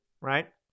right